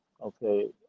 okay